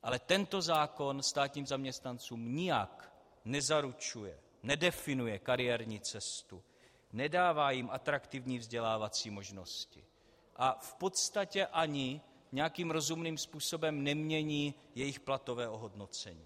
Ale tento zákon státním zaměstnancům nijak nezaručuje, nedefinuje kariérní cestu, nedává jim atraktivní vzdělávací možnosti a v podstatě ani nějakým rozumným způsobem nemění jejich platové ohodnocení.